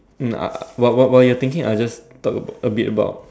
um I while while while you're thinking I'll just talk about a bit about